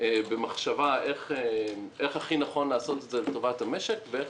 במחשבה איך הכי נכון לעשות את זה לטובת המשק ואיך